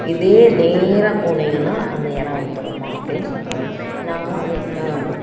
இதே நேராக போனிங்கன்னால் அந்த இடம் வந்துரும்மா அப்படின்னு சொல்கிறாங்க நாங்களும் வந்து